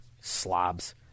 Slobs